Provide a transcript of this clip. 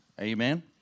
Amen